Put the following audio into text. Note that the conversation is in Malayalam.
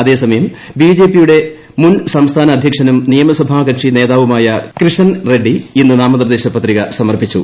അതേസമയം ബി ജെ പിയുടെ മുൻ സംസ്ഥാന അധ്യക്ഷനും നിയമസഭ കക്ഷി നേതാവുമായ കൃഷൻ റെഡ്സി ഇന്ന് നാമനിർദ്ദേശ പത്രിക സമർപ്പിച്ചു